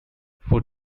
food